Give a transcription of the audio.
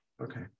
Okay